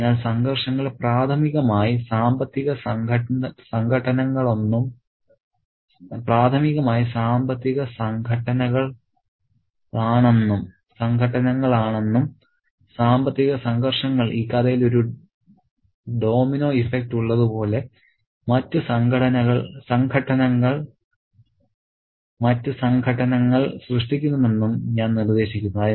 അതിനാൽ സംഘർഷങ്ങൾ പ്രാഥമികമായി സാമ്പത്തിക സംഘട്ടനങ്ങളാണെന്നും സാമ്പത്തിക സംഘർഷങ്ങൾ ഈ കഥയിൽ ഒരു ഡൊമിനോ ഇഫക്റ്റ് ഉള്ളതുപോലെ മറ്റ് സംഘട്ടനങ്ങൾ സൃഷ്ടിക്കുമെന്നും ഞാൻ നിർദ്ദേശിക്കുന്നു